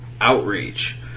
outreach